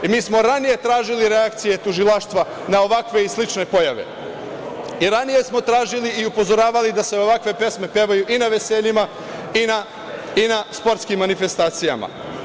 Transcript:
E, mi smo ranije tražili reakcije tužilaštva na ovakve i slične pojave i ranije smo tražili i upozoravali da se ovakve pesme pevaju i na veseljima i na sportskim manifestacijama.